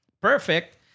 perfect